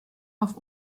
auf